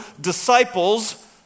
disciples